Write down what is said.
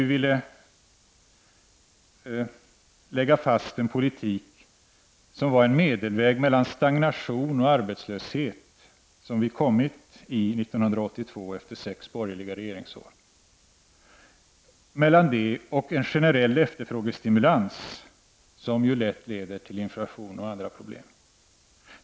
Vi ville då lägga fast en politik som var en medelväg mellan dels den stagnation och arbetslöshet som vi 1982 hamnade i efter sex borgerliga regeringsår, dels en generell efterfrågestimulans, som ju lätt leder till inflation och andra problem.